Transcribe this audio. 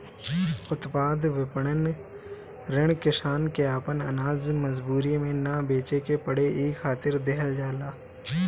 उत्पाद विपणन ऋण किसान के आपन आनाज मजबूरी में ना बेचे के पड़े इ खातिर देहल जाला